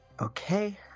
Okay